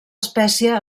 espècie